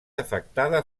afectada